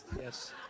Yes